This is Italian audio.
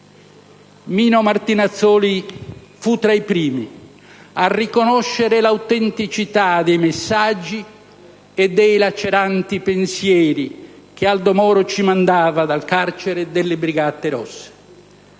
Mino Martinazzoli fu tra i primi a riconoscere l'autenticità dei messaggi e dei laceranti pensieri che Aldo Moro ci mandava dal carcere delle Brigate Rosse,